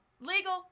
Legal